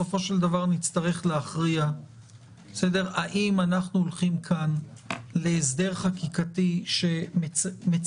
בסופו של דבר נצטרך להכריע האם אנחנו הולכים כאן להסדר חקיקתי שמצמצם,